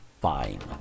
fine